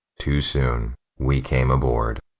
too soon we came aboard.